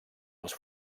els